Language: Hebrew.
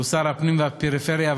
שהוא שר הפנים ופיתוח הפריפריה,